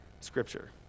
Scripture